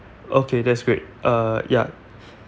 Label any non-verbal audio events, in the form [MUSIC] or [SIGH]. okay that's great uh ya [BREATH]